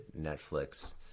Netflix